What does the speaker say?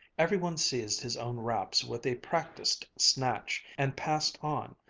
every one seized his own wraps with a practised snatch, and passed on,